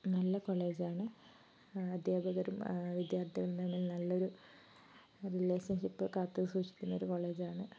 നല്ല കോളേജാണ് അദ്ധ്യാപകരും വിദ്യാർത്ഥികളും തമ്മിൽ നല്ലൊരു റിലേഷൻഷിപ്പ് കാത്തുസൂക്ഷിക്കുന്നൊരു കോളേജാണ്